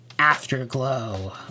Afterglow